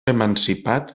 emancipat